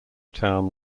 town